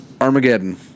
Armageddon